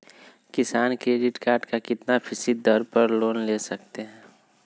किसान credit card कितना फीसदी दर पर लोन ले सकते हैं?